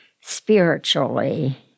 spiritually